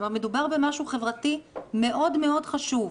מדובר במשהו חברתי מאוד חשוב.